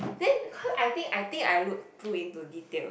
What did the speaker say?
then because I think I think I look good into details